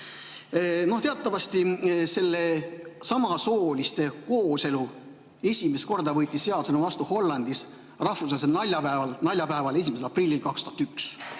Teatavasti see samasooliste kooselu esimest korda võeti seadusena vastu Hollandis rahvusvahelisel naljapäeval, 1. aprillil 2001.